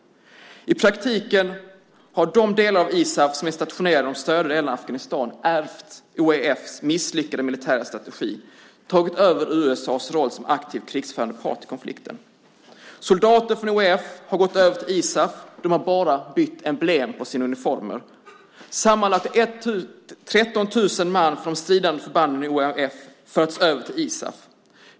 I praktiken har de delar av ISAF som är stationerade i de södra delarna av Afghanistan ärvt OEF:s misslyckade militära strategi och tagit över USA:s roll som aktiv krigförande part i konflikten. Soldater från OEF har gått över till ISAF - de har bara bytt emblem på sina uniformer. Sammanlagt har 13 000 man från stridande förband i OEF har förts över till ISAF.